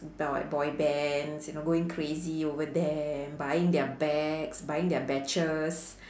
boy bands you know going crazy over them buying their bags buying their badges